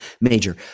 Major